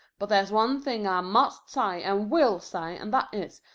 but there's one thing i must say and will say, and that is,